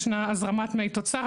ישנה הזרמת מי תוצר.